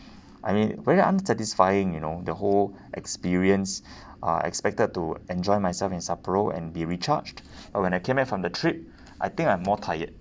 I mean very unsatisfying you know the whole experience uh expected to enjoy myself in sapporo and be recharged but when I came back from the trip I think I'm more tired